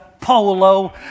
Polo